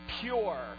pure